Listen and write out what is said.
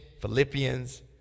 Philippians